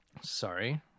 Sorry